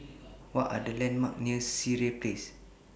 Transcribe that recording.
What Are The landmarks near Sireh Place